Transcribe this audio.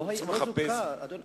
הוא לא זוכה, אדוני.